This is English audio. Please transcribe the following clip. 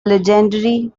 legendary